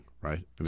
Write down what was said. right